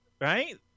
right